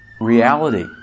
reality